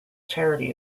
charity